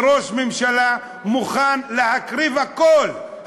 וראש הממשלה מוכן להקריב הכול,